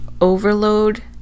overload